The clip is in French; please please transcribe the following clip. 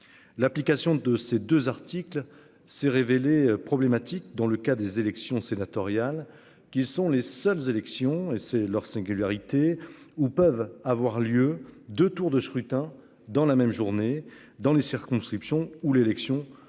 L'application de ces 2 articles s'est révélé problématique dans le cas des élections sénatoriales qui sont les seules élections et c'est leur singularité où peuvent avoir lieu de tours de scrutin dans la même journée dans les circonscriptions où l'élection se déroule